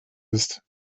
ist